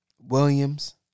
Williams